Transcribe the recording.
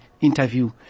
interview